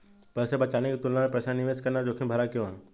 पैसा बचाने की तुलना में पैसा निवेश करना जोखिम भरा क्यों है?